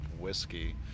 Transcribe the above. whiskey